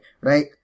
right